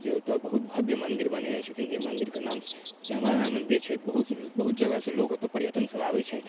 जे ओतऽ बहुत भव्य मन्दिर बनेने छथिन जाहि मन्दिरके नाम श्यामा माइ मन्दिर छै बहुत जगहसँ लोक पर्यटनसब आबै छथि